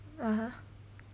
(uh huh)